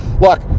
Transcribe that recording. Look